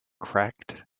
cracked